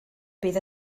bydd